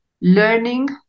learning